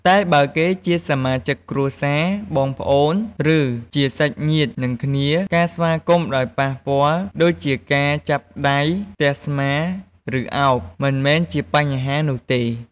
តែបើគេជាសមាជិកគ្រួសារ បងប្អូន ឬ ជាសាច់ញាតិនឹងគ្នា ការស្វាគមន៍ដោយប៉ះពាល់ ដូចជាការចាប់ដៃ ទះស្មា ឬ ឱប មិនមែនជាបញ្ហានោះទេ។